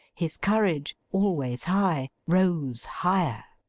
his courage always high, rose higher.